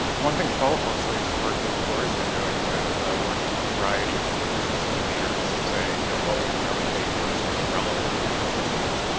one thing to follow closely is the work that pcori has been doing with working with variety of delivery system leaders to say you know what would really take for us to be relevant to your business needs?